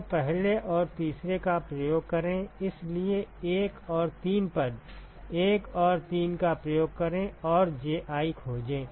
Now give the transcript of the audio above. तो पहले और तीसरे का प्रयोग करें इसलिए 1 और 3 पद 1 और 3 का प्रयोग करें और Ji खोजें